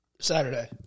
Saturday